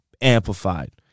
amplified